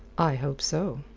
i hope so.